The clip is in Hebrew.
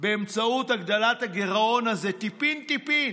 באמצעות הגדלת הגירעון הזה טיפין-טיפין,